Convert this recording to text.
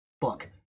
book